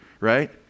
right